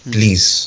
Please